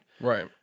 right